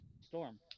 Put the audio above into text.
Storm